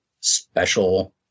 special